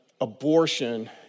abortion